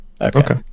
Okay